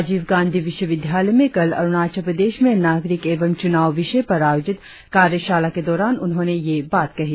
राजीव गांधी विश्वविद्यालय में कल अरुणाचल प्रदेश में नाग़रिक एवं चुनाव विषय पर आयोजित कार्यशाला के दौरान उन्होंने यह बात कही